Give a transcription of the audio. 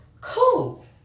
cool